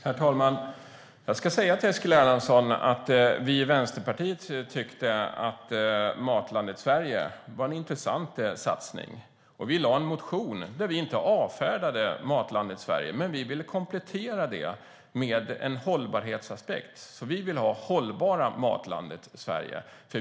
Herr talman! Jag ska säga till Eskil Erlandsson att vi i Vänsterpartiet tyckte att Matlandet Sverige var en intressant satsning. Vi väckte en motion där vi inte avfärdade Matlandet Sverige. Men vi ville komplettera det med en hållbarhetsaspekt. Vi ville ha hållbara Matlandet Sverige.